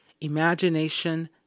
Imagination